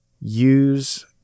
use